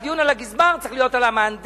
הדיון על הגזבר צריך להיות על המהנדס,